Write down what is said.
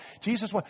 Jesus